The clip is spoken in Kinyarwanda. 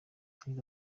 yagize